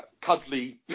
cuddly